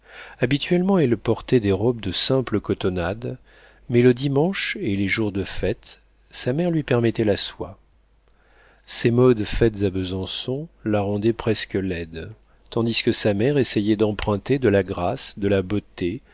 habituellement elle portait des robes de simple cotonnade mais le dimanche et les jours de fête sa mère lui permettait la soie ses modes faites à besançon la rendaient presque laide tandis que sa mère essayait d'emprunter de la grâce de la beauté